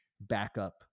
backup